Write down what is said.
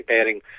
adding